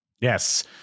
Yes